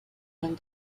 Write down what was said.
and